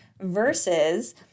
versus